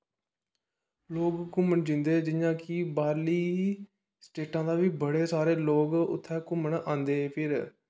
लोक घूमन जंदे जियां कि बाहरली स्टेटा दा बी बडे़ सारे लोक उत्थै घूमन आंदे फिर